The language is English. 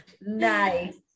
Nice